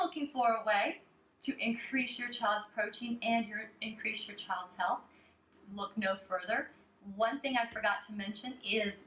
looking for a way to increase your child's protein and increase your child's health look no further one thing i forgot to mention is